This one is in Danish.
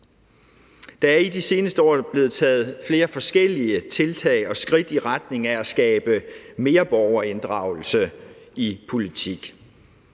Der er i de seneste år blevet taget flere forskellige tiltag og skridt i retning af at skabe mere borgerinddragelse i politik.